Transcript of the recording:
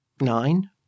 nine